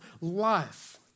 life